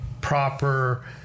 proper